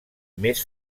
més